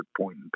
point